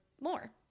more